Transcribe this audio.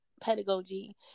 Pedagogy